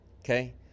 Okay